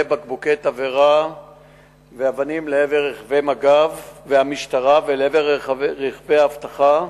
בקבוקי תבערה ואבנים לעבר רכבי מג"ב והמשטרה ולעבר רכבי אבטחה